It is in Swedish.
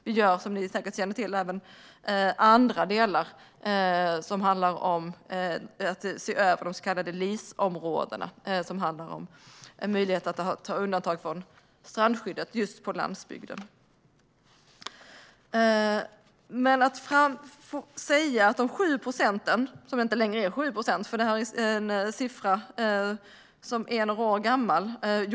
Vi jobbar, som ni säkert känner till, också med andra delar, som handlar om att se över de så kallade LIS-områdena. Det handlar om en möjlighet att göra undantag från strandskyddet just på landsbygden. De 7 procenten jordbruksmark som nämndes är inte längre 7 procent, för det är en siffra som är några år gammal.